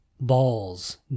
Balls